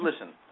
listen